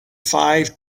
five